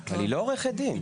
אבל היא לא עורכת דין.